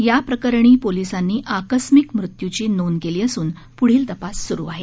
या प्रकरणी पोलिसांनी आकस्मिक मृत्यूची नोंद केली असून पुढील तपास सुरु आहे